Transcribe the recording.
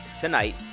tonight